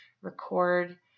record